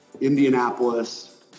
indianapolis